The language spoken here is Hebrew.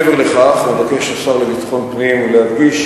מעבר לכך מבקש השר לביטחון פנים להדגיש